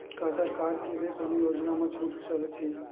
का सरकार के ले कोनो योजना म छुट चलत हे?